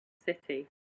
city